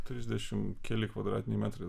trisdešimt keli kvadratiniai metrai